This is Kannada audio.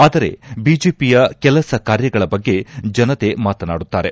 ಆದರೆ ಬಿಜೆಪಿಯ ಕೆಲಸ ಕಾರ್ಯಗಳ ಬಗ್ಗೆ ಜನತೆ ಮಾತನಾಡುತ್ತಾರೆ